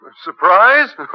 Surprise